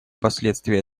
последствия